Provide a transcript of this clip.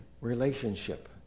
relationship